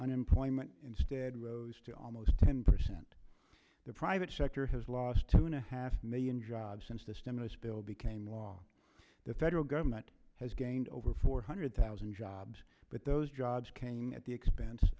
unemployment instead rose to almost ten percent the private sector has lost two and a half million jobs since the stimulus bill became law the federal government has gained over four hundred thousand jobs but those jobs came at the expense